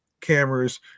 cameras